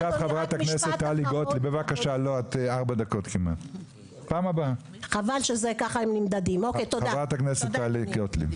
אני חושב שחלק מזה זו בהחלט המודעות לנושא המאוד חשוב והמרכזי הזה.